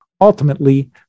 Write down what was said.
Ultimately